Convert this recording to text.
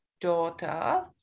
daughter